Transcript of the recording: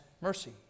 mercy